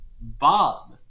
bob